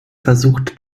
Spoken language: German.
versucht